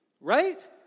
right